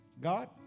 God